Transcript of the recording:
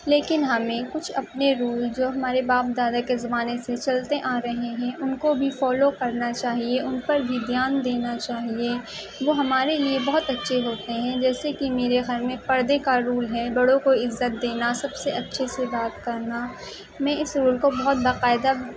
لیکن ہمیں کچھ اپنے رول جو ہمارے باپ دادا کے زمانے سے چلتے آ رہے ہیں ان کو بھی فالو کرنا چاہیے ان پر بھی دھیان دینا چاہیے وہ ہمارے لیے بہت اچھے ہوتے ہیں جیسے کہ میرے گھر میں پردے کا رول ہے بڑوں کو عزّت دینا سب سے اچھے سے بات کرنا میں اس رول کو بہت باقاعدہ